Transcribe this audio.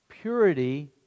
Purity